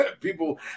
people